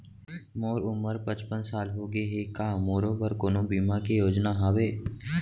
मोर उमर पचपन साल होगे हे, का मोरो बर कोनो बीमा के योजना हावे?